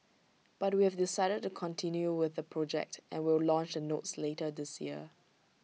but we have decided to continue with the project and will launch the notes later this year